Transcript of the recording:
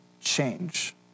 change